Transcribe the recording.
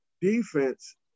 defense